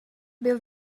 byl